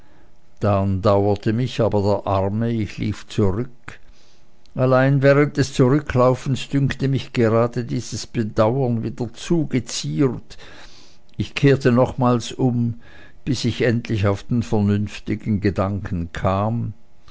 dann dauerte mich aber der arme ich lief zurück allein während des zurücklaufens dünkte mich gerade dieses bedauern wieder zu geziert ich kehrte nochmals um bis ich endlich auf den vernünftigen gedanken kam